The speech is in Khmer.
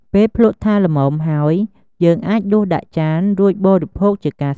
ពេលភ្លក្សថាល្មមហើយ យើងអាចដួសដាក់ចាន រួចបរិភោគជាការស្រេច។